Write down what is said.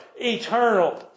eternal